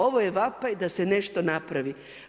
Ovo je vapaj da se nešto napravi.